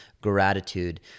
gratitude